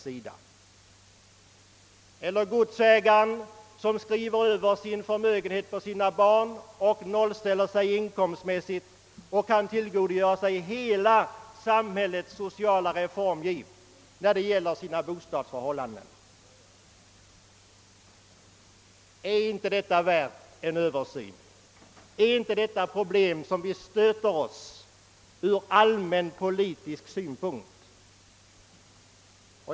Det andra exemplet gäller den godsägare som skrev över sin förmögenhet på sina barn och nolställde sig inkomstmässigt, varigenom han kunde tillgodogöra sig samhällets hela sociala reformgiv med avseende på sina egna bostadsförhållanden. Är inte detta värt en översyn? Är inte detta sådana problem som stöter oss från allmänpolitisk synpunkt?